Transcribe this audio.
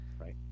Right